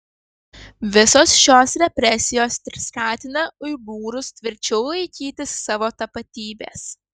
visos šios represijos tik skatina uigūrus tvirčiau laikytis savo tapatybės